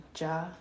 ja